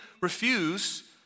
refuse